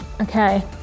okay